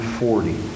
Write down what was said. forty